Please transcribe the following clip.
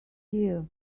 year